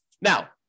now